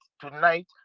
tonight